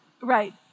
right